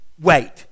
Wait